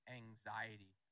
anxiety